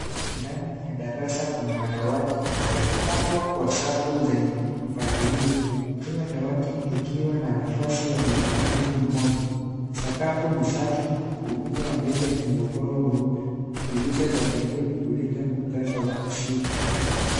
Ndani ya darasa kuna madawati yaliyopangwa kwa safu zenye mpangilio. Kila dawati likiwa na nafasi ya mwanafunzi mmoja. Sakafu ni safi. Ukuta wa mbele una ubao mweupe. Dirisha za pembeni huleta mwangaza wa asili.